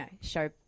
show